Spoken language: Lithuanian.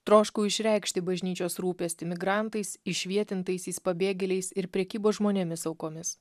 troškau išreikšti bažnyčios rūpestį migrantais įšvietintaisiais pabėgėliais ir prekybos žmonėmis aukomis